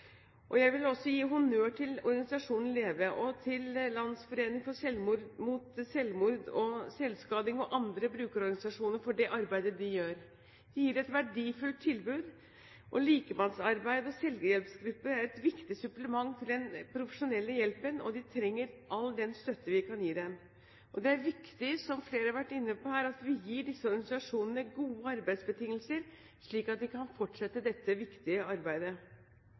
Jeg vil også gi honnør til organisasjonen LEVE, til Landsforeningen for forebygging av selvskading og selvmord og andre brukerorganisasjoner for det arbeidet de gjør. De gir et verdifullt tilbud. Likemannsarbeid og selvhjelpsgrupper er et viktig supplement til den profesjonelle hjelpen. De trenger all den støtte vi kan gi dem. Det er viktig, som flere har vært inne på her, at vi gir disse organisasjonene gode arbeidsbetingelser, slik at de kan fortsette dette viktige arbeidet.